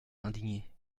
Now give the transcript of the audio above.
indignée